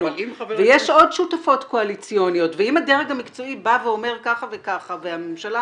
ויש עוד שותפות קואליציות ואם הדרג המקצועי בא ואומר ככה וככה והממשלה